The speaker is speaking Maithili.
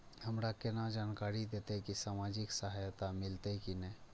हमरा केना जानकारी देते की सामाजिक सहायता मिलते की ने?